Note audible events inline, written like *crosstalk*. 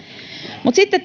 mutta sitten *unintelligible*